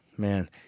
Man